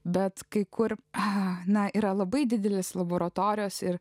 bet kai kur a na yra labai didelis laboratorijos ir